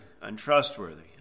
untrustworthy